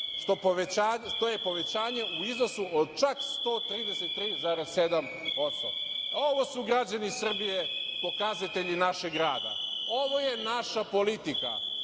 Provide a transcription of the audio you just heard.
što je povećanje u iznosu od čak 133,7%.Ovo su građani Srbije, pokazatelji našeg rada, ovo je naša politika,